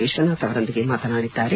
ವಿಶ್ವನಾಥ್ ಅವರೊಂದಿಗೆ ಮಾತನಾಡಿದ್ದಾರೆ